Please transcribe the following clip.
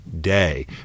day